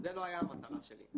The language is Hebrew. זאת לא הייתה המטרה שלי,